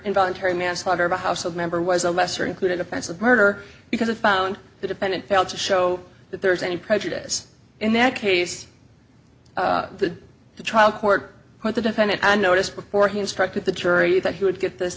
involuntary manslaughter of a household member was a lesser included offense of murder because it found the defendant failed to show that there was any prejudice in that case the trial court where the defendant and noticed before he instructed the jury that he would get this